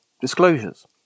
disclosures